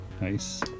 Nice